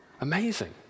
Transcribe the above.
Amazing